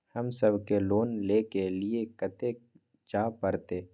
हमू सब के लोन ले के लीऐ कते जा परतें?